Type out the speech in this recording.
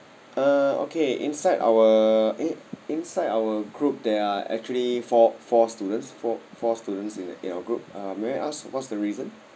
uh okay inside our eh inside our group there are actually four four students four four students in our group uh may I ask what's the reason